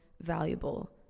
valuable